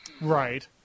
Right